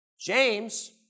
James